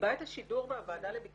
כיבה את השידור בפורטל של הוועדה לביקורת